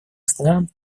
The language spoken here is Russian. стран